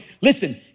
listen